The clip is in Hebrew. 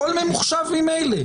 שיסלחו לי,